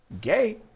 gay